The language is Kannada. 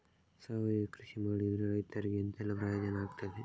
ಸಾವಯವ ಕೃಷಿ ಮಾಡಿದ್ರೆ ರೈತರಿಗೆ ಎಂತೆಲ್ಲ ಪ್ರಯೋಜನ ಆಗ್ತದೆ?